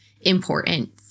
important